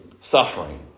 suffering